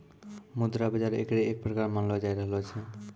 मुद्रा बाजार एकरे एक प्रकार मानलो जाय रहलो छै